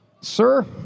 Sir